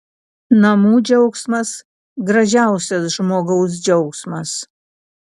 namų džiaugsmas gražiausias žmogaus džiaugsmas